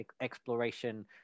exploration